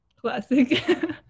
Classic